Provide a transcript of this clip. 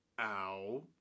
Ow